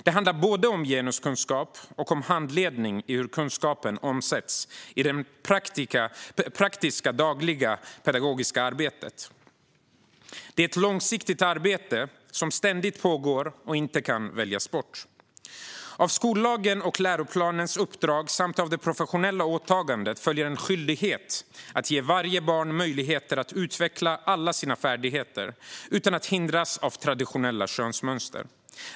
Det handlar både om genuskunskap och om handledning i hur kunskapen omsätts i det praktiska dagliga pedagogiska arbetet. Det är ett långsiktigt arbete som ständigt pågår och inte kan väljas bort. Av skollagen och läroplanens uppdrag samt av det professionella åtagandet följer en skyldighet att ge varje barn möjligheter att utveckla alla sina färdigheter utan att hindras av traditionella könsmönster.